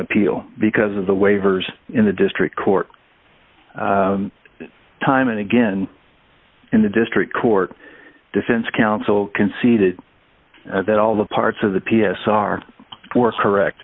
appeal because of the waivers in the district court time and again in the district court defense counsel conceded that all the parts of the p s are were correct